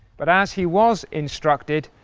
but as he was instructed,